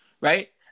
Right